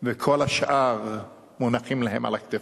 וכל השאר מונחים להם על הכתפיים.